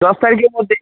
দশ তারিখের মধ্যে